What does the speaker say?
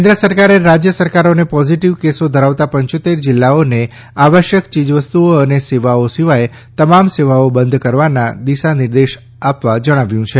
કેન્દ્ર સરકારે રાજ્ય સરકારોને પોઝીટીવ કેસો ધરાવતા પંચોતેર જિલ્લાઓને આવશ્યક ચીજવસ્તુઓ અને સેવાઓ સિવાય તમામ સેવાઓ બંધ કરવાના દિશા નિર્દેશો આપવા જણાવ્યું છે